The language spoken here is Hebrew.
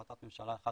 החלטת ממשלה 1933,